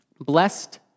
blessed